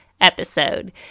episode